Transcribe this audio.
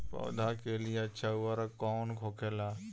पौधा के लिए अच्छा उर्वरक कउन होखेला?